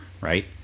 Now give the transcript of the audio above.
right